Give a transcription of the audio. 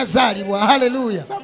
Hallelujah